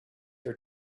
her